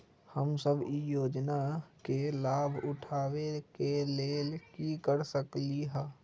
हम सब ई योजना के लाभ उठावे के लेल की कर सकलि ह?